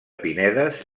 pinedes